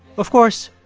of course,